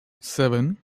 seven